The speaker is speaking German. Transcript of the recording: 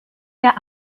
der